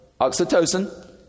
oxytocin